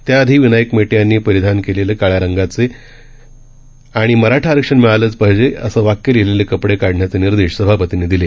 त्याआधीविनायकमेटेयांनीपरिधानकेलेलेकाळ्यारंगाचेआणिमराठाआरक्षणमिळालेचपाहिजे असेवाक्यलिहिलेलेकपडेकाढण्याचेनिर्देशसभापतींनीदिले